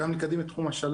גם לקדם את תחום השלום.